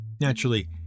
Naturally